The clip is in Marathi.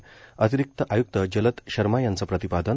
असल्याचं अतिरिक्त आयुक्त जलद शर्मा यांचे प्रतिपादन